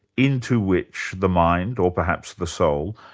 into which the mind, or perhaps the soul,